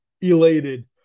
elated